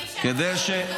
מי שאחראי הוא גם